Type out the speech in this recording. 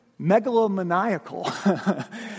megalomaniacal